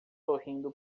sorrindo